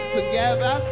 together